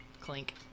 Clink